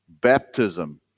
baptism